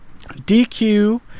DQ